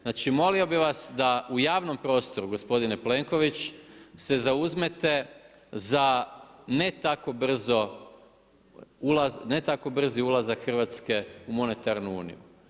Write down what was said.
Znači molio bih vas da u javnom prostoru, gospodine Plenković, se zauzete za ne tako brzi ulazak Hrvatske u monetarnu uniju.